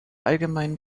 allgemeinen